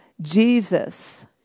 Jesus